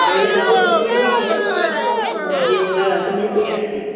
Mylapore Mahadeshwar Rao park मध्ये एव समीपे अस्ति